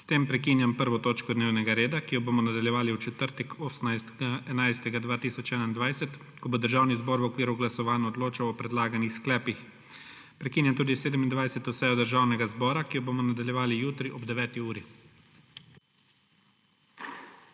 S tem prekinjam 1. točko dnevnega reda, ki jo bomo nadaljevali v četrtek, 18. 11. 2021, ko bo Državni zbor v okviru glasovanj odločal o predlaganih sklepih. Prekinjam tudi 27. sejo Državnega zbora, ki jo bomo nadaljevali jutri ob 9.